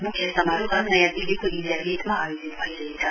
म्ख्य समारोह नयाँ दिल्लीको इण्डिया गेटमा आयोजित भइरहेछ